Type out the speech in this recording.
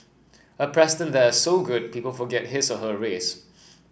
a president that is so good people forget his or her race